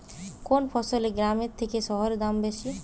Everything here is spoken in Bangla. কোন ফসলের গ্রামের থেকে শহরে দাম বেশি?